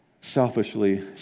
selfishly